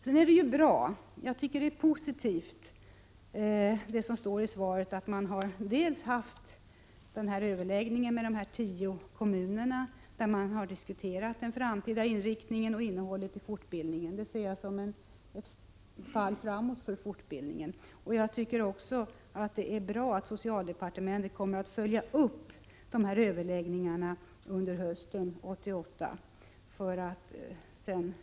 Jag tycker att det är positivt att man, som det står i svaret, har haft | överläggningar med tio kommuner och diskuterat den framtida inriktningen — Prot. 1987/88:44 | och innehållet i fortbildningen. Det ser jag som ett fall framåt för 14 december 1987 | fortbildningen. Jag tycker också att det är bra att socialdepartementet | ö rtbiil i ikommer att följa upp dessa överläggningar under hösten 1988 för att sedan Qufö!